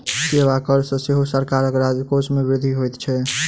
सेवा कर सॅ सेहो सरकारक राजकोष मे वृद्धि होइत छै